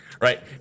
right